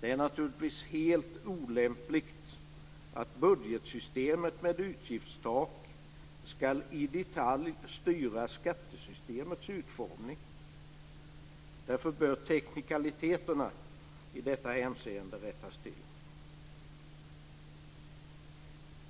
Det är naturligtvis helt olämpligt att budgetsystemet med utgiftstak i detalj ska styra skattesystemets utformning. Därför bör teknikaliteterna i detta hänseende rättas till.